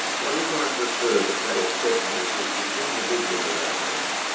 what if i prefer that they accept me as the individual that i am?